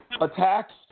attacks